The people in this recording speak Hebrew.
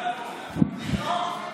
בשבילך, ביטן.